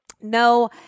no